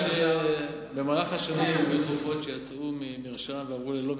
במהלך השנים היו תרופות שיצאו מ"מרשם"